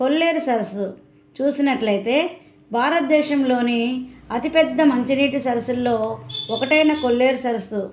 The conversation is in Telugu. కొల్లేరు సరస్సు చూసినట్లయితే భారతదేశంలోనే అతిపెద్ద మంచినీటి సరస్సుల్లో ఒకటైన కొల్లేరు సరస్సు